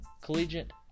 collegiate